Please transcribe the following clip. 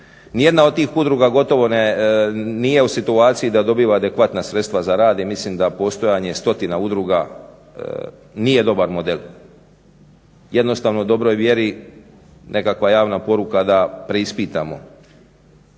ni jedna od tih udruga gotovo nije u situaciji da dobiva adekvatna sredstva za rad. I mislim da postojanje stotina udruga nije dobar model. Jednostavno dobroj vjeri nekakva javna poruka da preispitamo